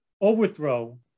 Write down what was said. overthrow